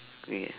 wait